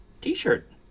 t-shirt